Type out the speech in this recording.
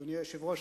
אדוני היושב-ראש,